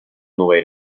новой